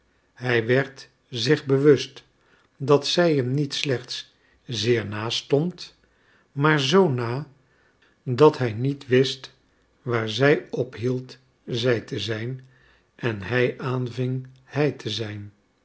hij werd zich bewust dat zij hem niet slechts zeer na stond maar zoo na dat hij niet wist waar zij ophield zij te zijn en hij aanving hij te zijn